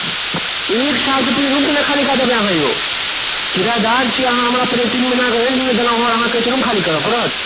एक सालसँ पहिले रूम केना खाली कऽ देबै अहाँ यौ किरायेदार छी अहाँ हमरा पहिले तीन महिना कऽ रेन्ट नहि देलहुँ हँ अहाँ कहैत छी रूम खाली करऽ पड़त